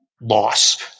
loss